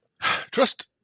Trust